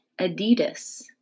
Adidas